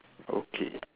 okay